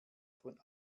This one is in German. von